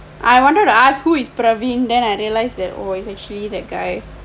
I wanted to ask who is praveen then I realise that it is actually that guy